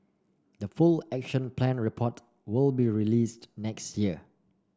the full Action Plan report will be released next year